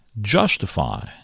justify